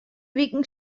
wiken